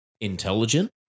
intelligent